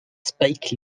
spike